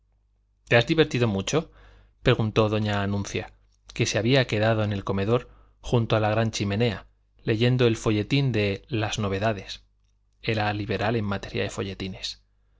te has divertido mucho preguntó doña anuncia que se había quedado en el comedor junto a la gran chimenea leyendo el folletín de las novedades era liberal en materia de folletines no señora no me